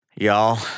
Y'all